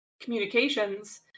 communications